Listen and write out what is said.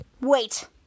Wait